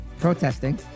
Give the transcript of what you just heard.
protesting